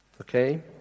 okay